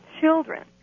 children